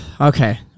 okay